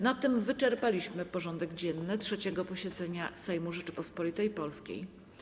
Na tym wyczerpaliśmy porządek dzienny 3. posiedzenia Sejmu Rzeczypospolitej Polskiej.